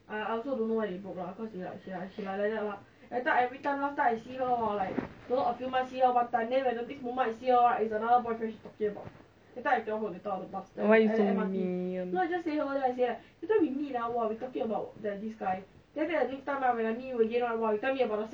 I think very hard lah the buy house can use C_P_F lah they don't need plan so fast sia